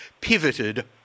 pivoted